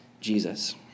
Jesus